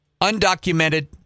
undocumented